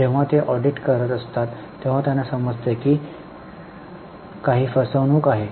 जेव्हा ते ऑडिट करत असतात तेव्हा त्यांना समजते की काही फसवणूक आहे